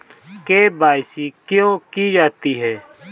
KYC क्यों की जाती है?